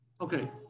okay